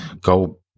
go